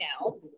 now